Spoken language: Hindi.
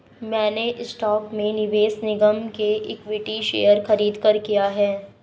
मैंने स्टॉक में निवेश निगम के इक्विटी शेयर खरीदकर किया है